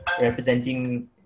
representing